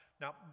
Now